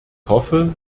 hoffe